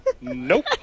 Nope